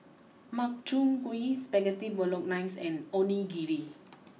Makchang Gui Spaghetti Bolognese and Onigiri